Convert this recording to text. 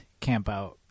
Campout